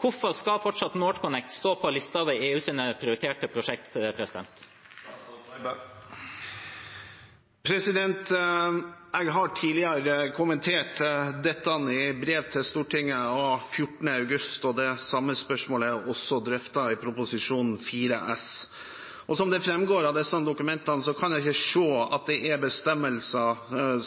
Hvorfor skal NorthConnect fortsatt stå på lista over EUs prioriterte prosjekt? Jeg har tidligere kommentert dette i brev til Stortinget av 14. august, og det samme spørsmålet er drøftet i Prop. 4 S for 2017–2018. Som det framgår av disse dokumentene, kan jeg ikke se at det er bestemmelser